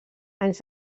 anys